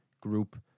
group